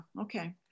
okay